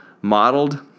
modeled